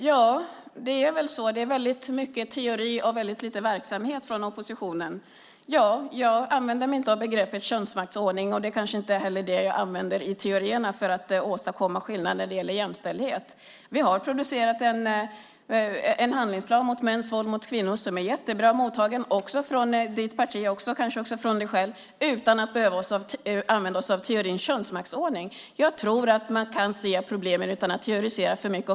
Herr talman! Det är väldigt mycket teori och lite verksamhet från oppositionen. Ja, jag använder inte begreppet könsmaktsordning, och det kanske inte heller är den teorin jag använder för att åstadkomma skillnader när det gäller jämställdhet. Vi har producerat en handlingsplan mot mäns våld mot kvinnor som har blivit väl mottagen också av ditt parti, kanske också av dig själv, utan att använda teorin könsmaktsordning. Jag tror att man kan se problemen utan att teoretisera för mycket.